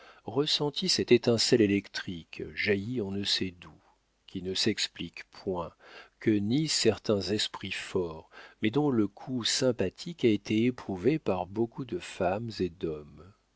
ressentit cette étincelle électrique jaillie on ne sait d'où qui ne s'explique point que nient certains esprits forts mais dont le coup sympathique a été éprouvé par beaucoup de femmes et d'hommes